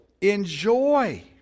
enjoy